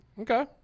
Okay